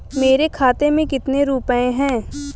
मेरे खाते में कितने रुपये हैं?